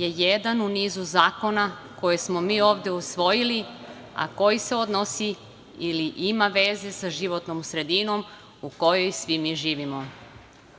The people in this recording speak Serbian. je jedan u nizu zakona koje smo mi ovde usvojili, a koji se odnosi ili ima veze sa životnom sredinom u kojoj svi mi živimo. Ovaj